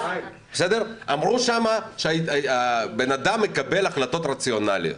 אמרו שם שהאדם מקבל החלטות רציונליות.